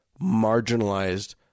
marginalized